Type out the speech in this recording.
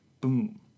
Boom